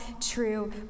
true